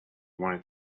wanted